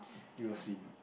you will see